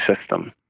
system